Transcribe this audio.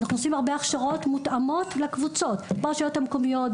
אנחנו עושים הרבה הכשרות מותאמות לקבוצות: ברשויות המקומיות,